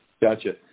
Gotcha